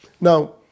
Now